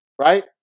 right